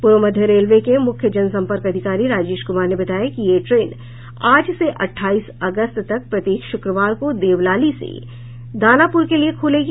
पूर्व मध्य रेलवे के मुख्य जनसंपर्क अधिकारी राजेश कुमार ने बताया कि यह ट्रेन आज से अट्ठाईस अगस्त तक प्रत्येक शुक्रवार को देवलाली से दानापुर के लिए खुलेगी